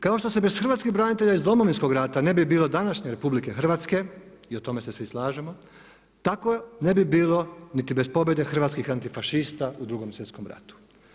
Kao što se bez hrvatskih branitelja iz Domovinskog rata ne bi bilo današnje RH, i tome se svi slažemo, tako ne bi bilo bez pobjede hrvatski antifašista u Drugom svjetskom ratu.